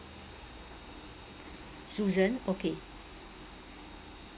susan okay